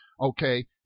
okay